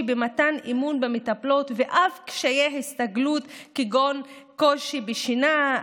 במתן אמון במטפלות ואף לקשיי הסתגלות כגון קושי בשינה,